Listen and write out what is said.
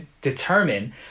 determine